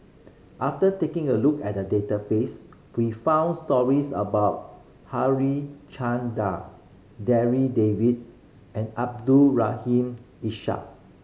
after taking a look at the database we found stories about Darryl David and Abdul Rahim Ishak